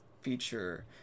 feature